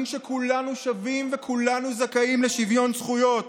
שכולנו שווים וכולנו זכאים לשוויון זכויות.